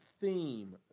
theme